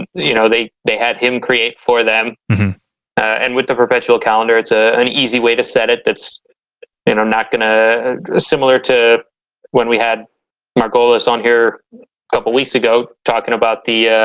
you know they they had him create for them and with the perpetual calendar it's ah an easy way to set it that's and i'm not gonna similar to when we had margolis on here couple weeks ago talking about the